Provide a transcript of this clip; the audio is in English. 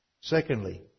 Secondly